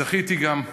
זכיתי גם,